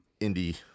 indie